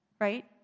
Right